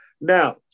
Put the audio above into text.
Now